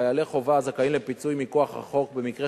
חיילי חובה זכאים לפיצוי מכוח החוק במקרה